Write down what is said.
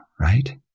right